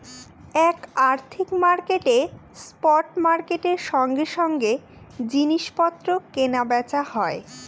এক আর্থিক মার্কেটে স্পট মার্কেটের সঙ্গে সঙ্গে জিনিস পত্র কেনা বেচা হয়